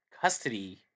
custody